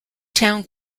town